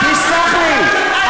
הדם שלך, ?